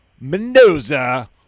Mendoza